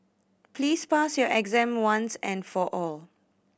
please pass your exam once and for all